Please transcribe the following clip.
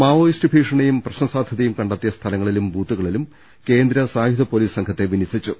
Maoist ഭീഷണിയും പ്രശ്നസാധ്യതയും കണ്ടെത്തിയ സ്ഥലങ്ങളിലും ബൂത്തുകളിലും കേന്ദ്ര സായുധ പൊലീസ് സംഘത്തെ വിന്യസിച്ചു